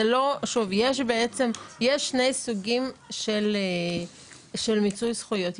שוב, יש שני סוגים של מיצוי זכויות.